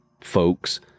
folks